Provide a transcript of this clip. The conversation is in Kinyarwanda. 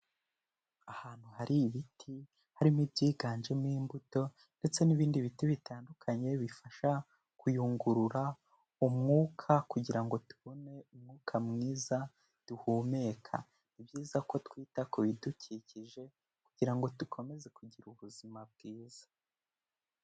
Ahantu hari ibiti harimo ibyiganjemo imbuto ndetse n'ibindi biti bitandukanye bifasha kuyungurura umwuka kugira ngo tubone umwuka mwiza duhumeka, ni byiza ko twita ku bidukikije kugira ngo dukomeze kugira ubuzima bwiza.